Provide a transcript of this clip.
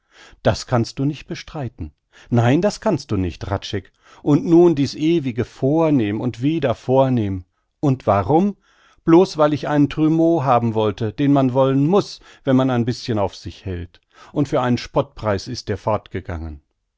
das kannst du nicht bestreiten nein das kannst du nicht hradscheck und nun dies ewige vornehm und wieder vornehm und warum blos weil ich einen trumeau wollte den man wollen muß wenn man ein bischen auf sich hält und für einen spottpreis ist er